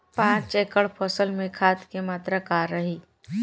पाँच एकड़ फसल में खाद के मात्रा का रही?